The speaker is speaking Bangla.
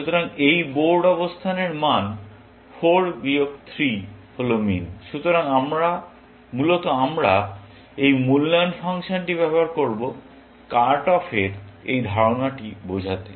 সুতরাং এই বোর্ড অবস্থানের মান 4 বিয়োগ 3 হল মিন সুতরাং মূলত আমরা এই মূল্যায়ন ফাংশনটি ব্যবহার করব কাট অফের এই ধারণাটি বোঝাতে